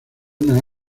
una